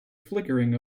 flickering